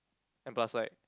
and plus like